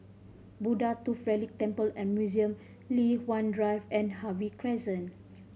Buddha Tooth Relic Temple and Museum Li Hwan Drive and Harvey Crescent